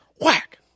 Whack